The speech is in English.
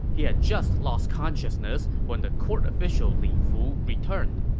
he had just lost consciousness when the court official li fu returned.